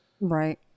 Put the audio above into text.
right